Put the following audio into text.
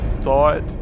thought